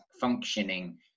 functioning